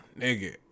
nigga